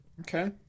Okay